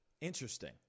interesting